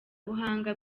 buhanga